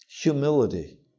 humility